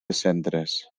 centres